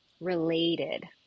related